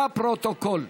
לפרוטוקול.